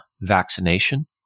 vaccination